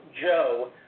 Joe